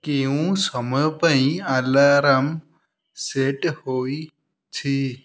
କେଉଁ ସମୟ ପାଇଁ ଆଲାର୍ମ ସେଟ୍ ହୋଇଛି